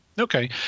Okay